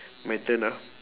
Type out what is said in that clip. my turn ah